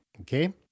Okay